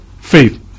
faith